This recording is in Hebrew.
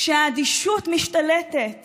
כשהאדישות משתלטת